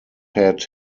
had